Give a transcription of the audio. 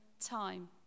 time